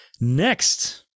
Next